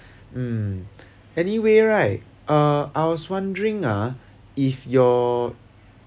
mm anyway right uh I was wondering ah if your